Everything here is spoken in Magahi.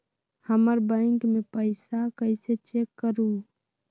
हमर बैंक में पईसा कईसे चेक करु?